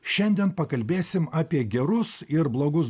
šiandien pakalbėsim apie gerus ir blogus